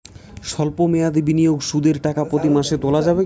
সল্প মেয়াদি বিনিয়োগে সুদের টাকা প্রতি মাসে তোলা যাবে কি?